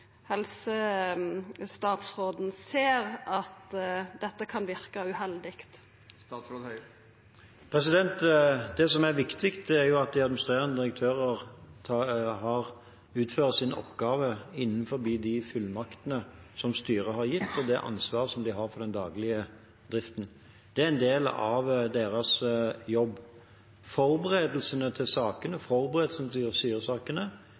ser at dette kan verka uheldig. Det som er viktig, er at de administrerende direktørene utfører sine oppgaver innenfor de fullmaktene som styret har gitt dem og det ansvaret de har for den daglige driften. Det er en del av deres jobb. Forberedelsene til